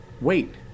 Wait